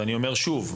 ואני אומר שוב,